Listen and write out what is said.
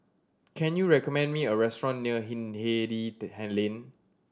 can you recommend me a restaurant near Hindhede Lane